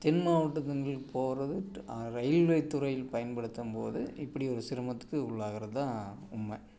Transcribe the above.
தென் மாவட்டத்துங்களுக்கு போகிறது ரயில்வேத்துறையில் பயன்படுத்தும்போது இப்படி ஒரு சிரமத்துக்கு உள்ளாகிறது தான் உண்மை